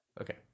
Okay